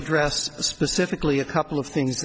address specifically a couple of things